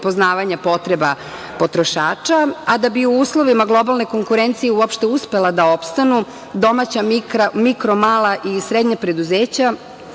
prepoznavanja potreba potrošača, a da bi u uslovima globalne konkurencije uopšte uspela da opstanu domaća mikro, mala i srednja preduzeća